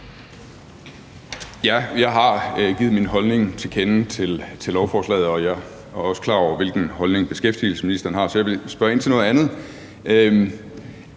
Jeg har givet min holdning til lovforslaget til kende, og jeg er også klar over, hvilken holdning beskæftigelsesministeren har. Så jeg vil spørge ind til noget andet.